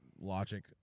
logic